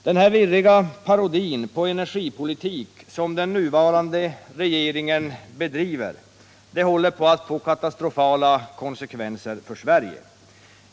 Den virriga parodi på energipolitik som den nuvarande regeringen bedriver håller på att få katastrofala konsekvenser för Sverige.